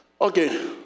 Okay